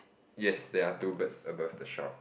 yes there are two birds above the shop